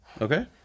Okay